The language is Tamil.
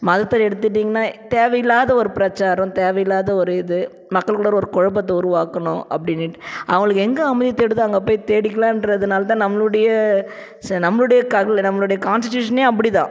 மதத்தை எடுத்துக்கிட்டீங்கனால் தேவையில்லாத ஒரு பிரச்சாரம் தேவையில்லாத ஒரு இது மக்கள்குள்ளாற ஒரு குழப்பத்த உருவாக்கணும் அப்படினுட்டு அவங்களுக்கு எங்கள் அமைதி தேடுதோ அங்கே போய் தேடிக்கிலான்றதுனால் தான் நம்மளுடைய சே நம்மளுடைய க நம்மளுடைய கான்ஸ்ட்டிட்யூஸனே அப்படி தான்